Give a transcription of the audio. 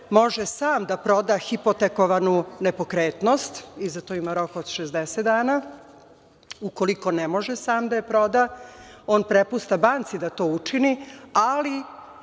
može sam da proda hipotekovanu nepokretnost i za to ima rok od 60 dana. Ukoliko ne može sam da je proda, on prepušta banci da to učini, ali